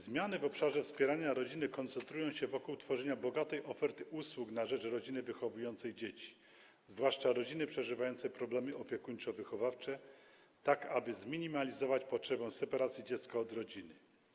Zmiany w obszarze wspierania rodziny koncentrują się wokół tworzenia bogatej oferty usług na rzecz rodziny wychowującej dzieci, zwłaszcza rodziny przeżywającej problemy opiekuńczo-wychowawcze, tak aby zminimalizować potrzebę separacji dziecka od rodziny.